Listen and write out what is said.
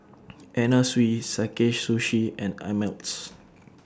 Anna Sui Sakae Sushi and Ameltz